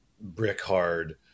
brick-hard